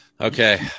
okay